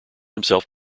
himself